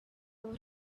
would